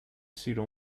sino